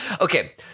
okay